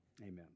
Amen